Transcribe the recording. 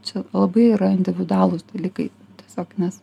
čia labai yra individualūs dalykai tiesiog nes